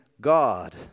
God